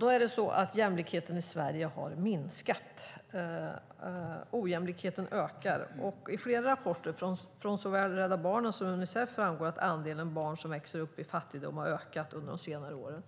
Det är så att jämlikheten i Sverige har minskat. Ojämlikheten ökar. I flera rapporter, från såväl Rädda Barnen som Unicef, framgår att andelen barn som växer upp i fattigdom har ökat under de senare åren.